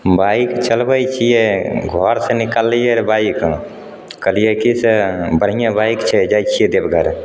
bike चलबै छिए घरसे निकललिए रहै बाइकसे कहलिए कि से बढ़िएँ बाइक छै जाइ छिए देवघर